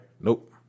Nope